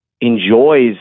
enjoys